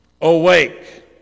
Awake